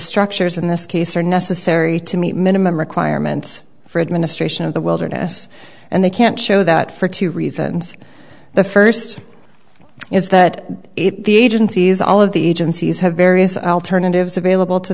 structures in this case are necessary to meet minimum requirements for administration of the wilderness and they can't show that for two reasons the first is that the agencies all of the agencies have various alternatives available to